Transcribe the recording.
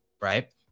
right